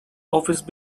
office